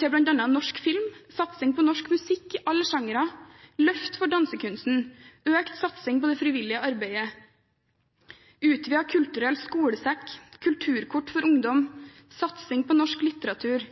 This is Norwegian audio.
til bl.a. norsk film, satsing på norsk musikk i alle sjangre, løft for dansekunsten, økt satsing på det frivillige arbeidet, utvidet kulturell skolesekk, kulturkort for ungdom, satsing på norsk litteratur,